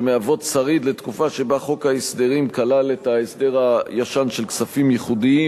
שהן שריד לתקופה שבה חוק ההסדרים כלל את ההסדר הישן של כספים ייחודיים.